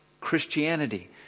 Christianity